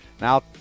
Now